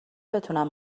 بتونم